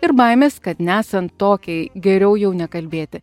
ir baimės kad nesant tokiai geriau jau nekalbėti